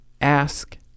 Ask